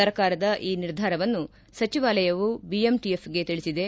ಸರ್ಕಾರದ ಈ ನಿರ್ಧಾರವನ್ನು ಸಚಿವಾಲಯವು ಬಿಎಂಟಿಎಫ್ ಗೆ ತಿಳಿಸಿದೆ